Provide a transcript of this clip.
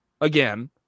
again